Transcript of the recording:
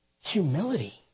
humility